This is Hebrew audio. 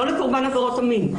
לא לקורבן עבירות המין,